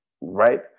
right